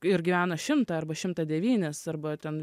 ir gyvena šimtą arba šimtą devynis arba ten